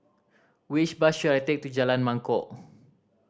which bus should I take to Jalan Mangkok